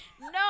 No